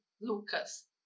Lucas